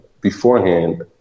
beforehand